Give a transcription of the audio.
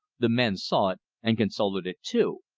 the men saw it, and consulted it too.